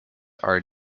are